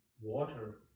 water